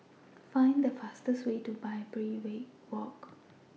Find The fastest Way to Barbary Walk